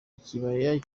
ikibaya